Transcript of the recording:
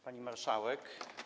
Pani Marszałek!